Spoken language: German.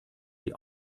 die